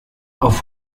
auf